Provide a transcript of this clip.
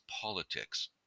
politics